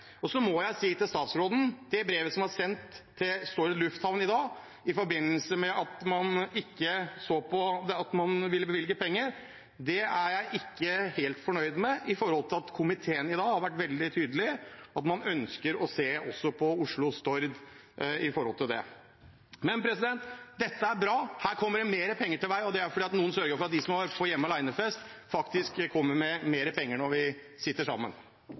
Så må jeg si til statsråden: Det brevet som er sendt til Stord lufthavn i dag i forbindelse med at man ikke vil bevilge penger, er jeg ikke helt fornøyd med med tanke på at komiteen i dag har vært veldig tydelig, man ønsker også å se på Oslo–Stord. Dette er bra – her kommer det mer penger til vei. Det er fordi det er noen som sørger for at de som har vært på hjemme alene-fest, faktisk kommer med mer penger når vi sitter sammen.